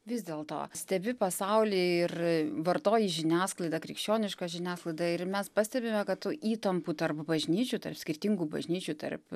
vis dėlto stebi pasaulį ir vartoji žiniasklaidą krikščionišką žiniasklaidą ir mes pastebime kad tų įtampų tarp bažnyčių tarp skirtingų bažnyčių tarp